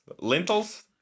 Lintels